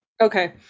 okay